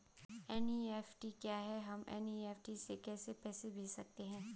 NEFT क्या है हम एन.ई.एफ.टी से कैसे पैसे भेज सकते हैं?